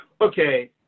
okay